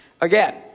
again